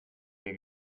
wir